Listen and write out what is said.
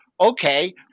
okay